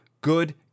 Good